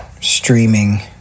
streaming